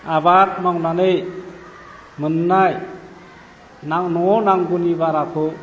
आबाद मावनानै मोननाय न'आव नांगौनि बाराखौ